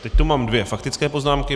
Teď tu mám dvě faktické poznámky.